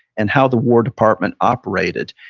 and how the war department operated.